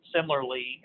Similarly